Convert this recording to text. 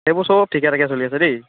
এইবোৰ চব ঠিকেঠাকে চলি আছে দেই